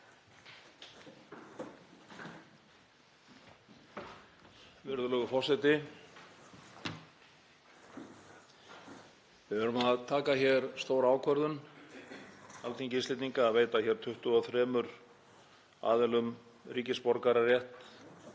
Við erum að taka hér stóra ákvörðun, Alþingi Íslendinga, um að veita 23 aðilum ríkisborgararétt,